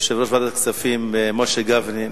יושב-ראש ועדת הכספים משה גפני,